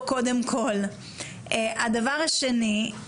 הדבר השני,